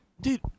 dude